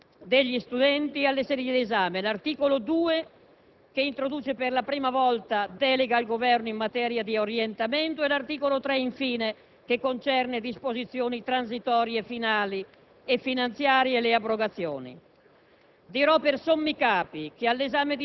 all'ammissione degli studenti alle sedi d'esame; l'articolo 2, che introduce per la prima volta una delega al Governo in materia di orientamento e l'articolo 3, infine, che concerne disposizioni transitorie, finali e finanziarie e le abrogazioni.